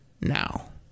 now